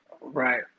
Right